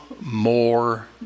more